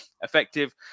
Effective